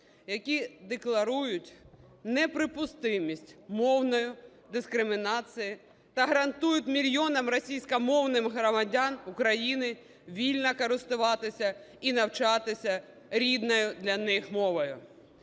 які декларують неприпустимість мовної дискримінації та гарантують мільйонам російськомовних громадян України вільно користуватися і навчатися рідною для них мовою.